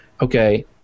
okay